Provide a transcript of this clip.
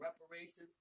reparations